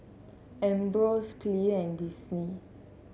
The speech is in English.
Ambros Clear and Disney